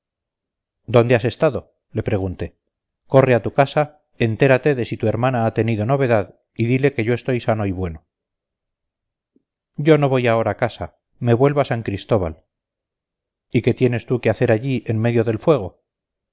dónde has estado le pregunté corre a tu casa entérate de si tu hermana ha tenido novedad y dile que yo estoy sano y bueno yo no voy ahora a casa me vuelvo a san cristóbal y qué tienes tú que hacer allí en medio del fuego